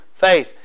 faith